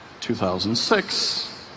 2006